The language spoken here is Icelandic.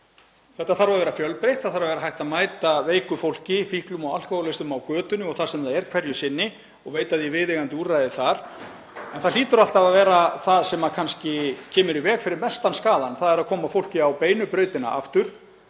Þetta þarf að vera fjölbreytt. Það þarf að vera hægt að mæta veiku fólki, fíklum og alkóhólistum á götunni þar sem það er hverju sinni og veita því viðeigandi úrræði þar. En það hlýtur alltaf að vera það sem kemur kannski í veg fyrir mesta skaðann, þ.e. að koma fólki á beinu brautina aftur,